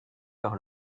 par